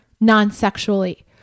non-sexually